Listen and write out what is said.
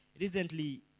Recently